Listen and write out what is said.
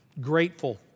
grateful